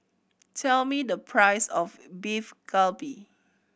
tell me the price of Beef Galbi